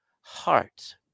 heart